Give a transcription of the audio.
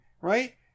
Right